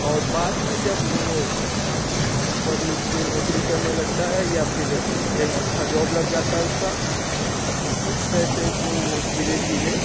और बाद में जब वो पढ़ लिख के नौकरी करने लगता है या फिर कहीं अच्छा जॉब लग जाता है उसका तो उस पैसे को वो धीरे धीरे